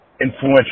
influential